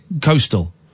coastal